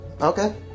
Okay